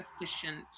efficient